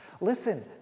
Listen